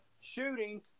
shooting